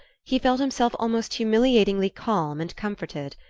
he felt himself almost humiliatingly calm and comforted.